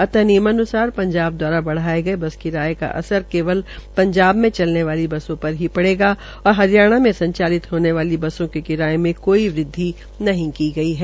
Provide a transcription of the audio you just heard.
अतः नियमाुनुसार पंजबा दवारा बढ़ाये गये बस किराये का असर केवल पंजाब में चलने वाली बसों पर ही पड़ेगा और हरियाणा में संचालित होने वाली बसों के किराये मे कोई वृद्वि न की गई है